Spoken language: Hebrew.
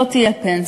לא תהיה פנסיה.